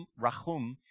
rachum